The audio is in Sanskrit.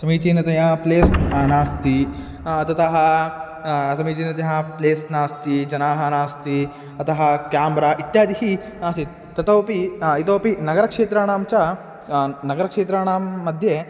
समीचीनतया प्लेस् नास्ति ततः समीचीनतया प्लेस् नास्ति जनः नास्ति अतः क्याम्रा इत्यादि नास्ति तथापि इतोऽपि नगरक्षेत्राणां च नगरक्षेत्राणां मध्ये